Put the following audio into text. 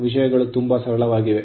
ವಿಷಯಗಳು ತುಂಬಾ ಸರಳವಾಗಿವೆ